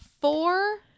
four